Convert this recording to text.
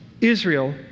Israel